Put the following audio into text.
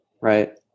right